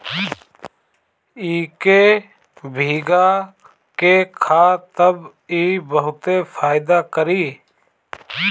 इके भीगा के खा तब इ बहुते फायदा करि